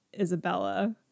Isabella